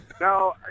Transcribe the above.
no